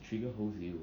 trigger holds you